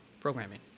programming